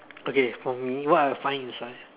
okay for me what I find inside